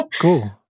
cool